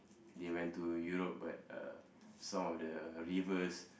they went to Europe but uh some of the rivers